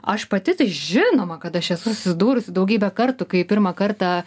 aš pati tai žinoma kad aš esu susidūrusi daugybę kartų kai pirmą kartą